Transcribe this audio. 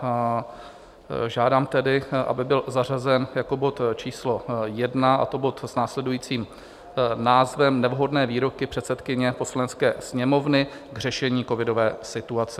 A žádám tedy, aby byl zařazen jako bod číslo 1, a to bod s následujícím názvem Nevhodné výroky předsedkyně Poslanecké sněmovny k řešení covidové situace.